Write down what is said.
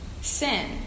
sin